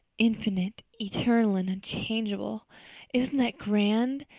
infinite, eternal and unchangeable isn't that grand?